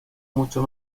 mucho